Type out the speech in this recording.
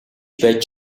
байж